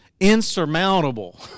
insurmountable